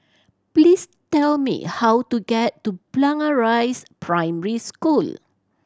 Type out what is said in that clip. please tell me how to get to Blangah Rise Primary School